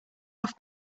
off